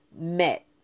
met